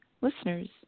listeners